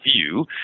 view